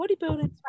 Bodybuilding